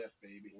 baby